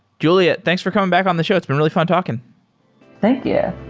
julia, thanks for coming back on the show. it's been really fun talking thank yeah